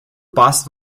pas